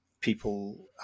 people